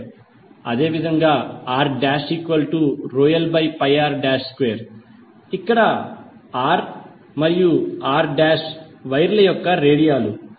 అదేవిధంగా Rρlπr2ఇక్కడ r మరియు r వైర్ల రేడియాలు